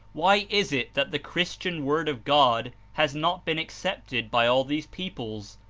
why is it that the christian word of god has not been accepted by all these peoples?